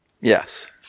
Yes